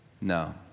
No